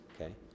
okay